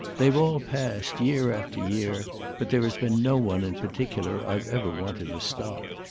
they've all passed, year after year but there has been no one in particular i've ever wanted to stop.